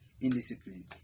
indiscipline